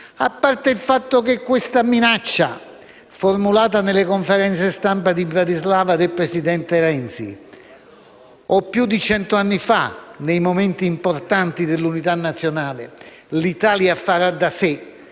A parte il fatto che questa minaccia formulata nelle conferenze stampa di Bratislava del presidente Renzi - ma anche, più di cent'anni fa, nei momenti importanti dell'unità nazionale - che l'Italia farà da sé